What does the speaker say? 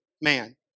man